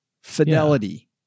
Fidelity